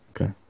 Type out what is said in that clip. Okay